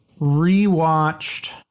rewatched